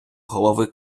голови